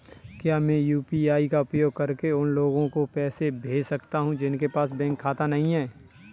क्या मैं यू.पी.आई का उपयोग करके उन लोगों को पैसे भेज सकता हूँ जिनके पास बैंक खाता नहीं है?